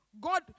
God